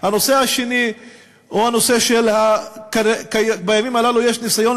הנושא השני הוא שבימים הללו יש ניסיון